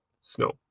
snow